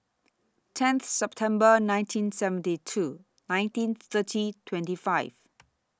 tenth September nineteen seventy two nineteen thirty twenty five